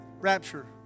rapture